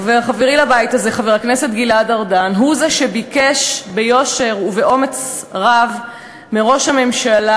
חבר הכנסת גלעד ארדן הוא זה שביקש ביושר ובאומץ רב מראש הממשלה,